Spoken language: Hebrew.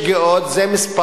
שישה-עשר אלף שגיאות זה מספר,